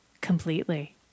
Completely